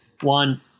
one